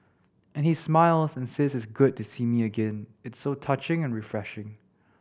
and he smiles and says it's good to see me again it's so touching and refreshing